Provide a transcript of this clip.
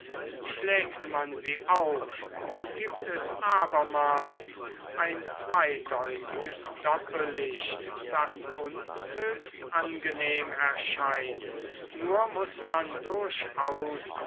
schlägt man sie auf so gibt es abermals ein zweideutiges doppellicht das uns höchst angenehm erscheint nur muß man durchaus